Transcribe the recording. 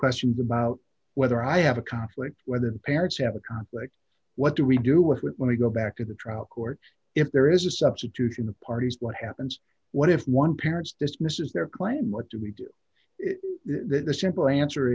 questions about whether i have a conflict whether parents have a conflict what do we do with it when we go back to the trial court if there is a substitution of parties what happens what if one parents dismisses their claim what do we do the simple answer